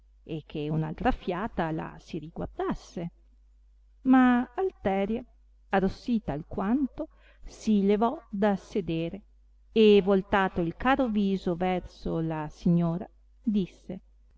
e che un'altra fiata la si riguardasse ma alteria arrossita alquanto si levò da sedere e voltato il caro viso verso la signora disse